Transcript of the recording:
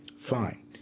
fine